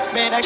Man